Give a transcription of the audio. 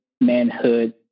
manhood